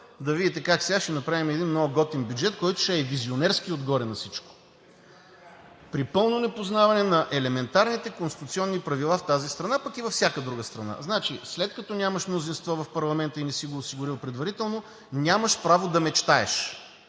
да видите как сега ще направим един много готин бюджет, който ще е визионерски отгоре на всичко, при пълното непознаване на елементарните конституционно правила в тази страна, пък и във всяка друга страна. Значи, след като нямаш мнозинство в парламента и не си го осигурил предварително, нямаш право да мечтаеш,